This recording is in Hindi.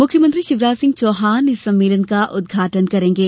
मुख्यमंत्री शिवराज सिंह चौहान इस सम्मेलन का उद्घाटन करेंगे